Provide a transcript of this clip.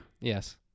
Yes